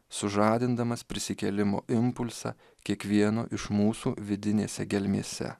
sužadindamas prisikėlimo impulsą kiekvieno iš mūsų vidinėse gelmėse